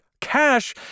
cash